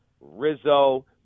Rizzo